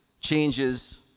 changes